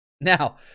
Now